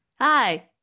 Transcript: Hi